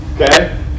Okay